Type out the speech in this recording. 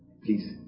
please